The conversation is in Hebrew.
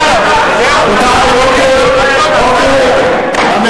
ללוות את הילד לבקו"ם ולחשוב מה עושים האחרים שלא מגיעים לשם.